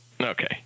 Okay